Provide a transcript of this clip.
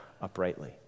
uprightly